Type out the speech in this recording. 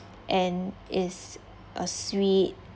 and is a sweet